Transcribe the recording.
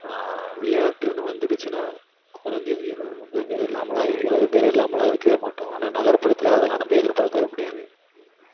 விளையாட்டுனு வந்துடுச்சுன்னா குறைஞ்சது இருபது முப்பது பேர் இல்லாமலாம் இருபது பேர் இல்லாமலாம் இருக்கவே மாட்டோம் ஆனால் நகர்ப்புறத்தில் அதெல்லாம் நம்ப எதிர்பார்க்கவே முடியாது